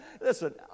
Listen